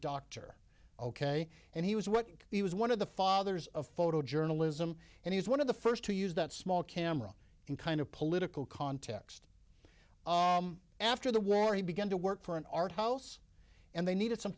doctor ok and he was what he was one of the fathers of photojournalism and he was one of the first to use that small camera in kind of political context after the war he began to work for an art house and they needed some